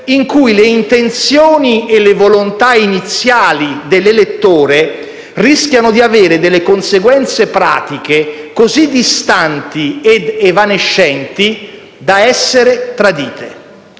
in cui le intenzioni e le volontà iniziali dell'elettore rischiano di avere conseguenze pratiche così distanti ed evanescenti da essere tradite.